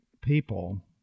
people